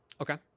okay